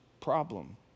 problem